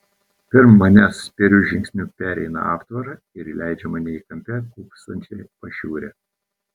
pirm manęs spėriu žingsniu pereina aptvarą ir įleidžia mane į kampe kūpsančią pašiūrę